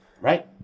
Right